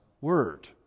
Word